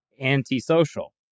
antisocial